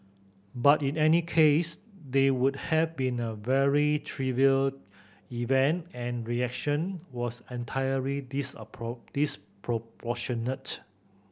but in any case they would have been a very trivial event and reaction was entirely disproportionate